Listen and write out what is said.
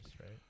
right